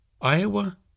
Iowa